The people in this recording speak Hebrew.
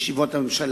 חדר ישיבות הממשלה,